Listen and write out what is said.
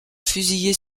fusillés